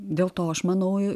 dėl to aš manau